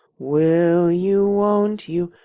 will you, won't you,